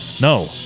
No